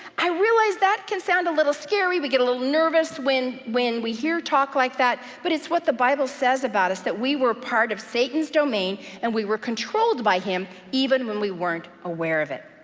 i realize that can sound a little scary. we get a little nervous when when we hear talk like that, but it's what the bible says about us, that we were a part of satan's domain, and we were controlled by him, even when we weren't aware of it.